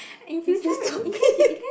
this is stupid